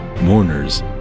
mourners